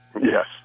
Yes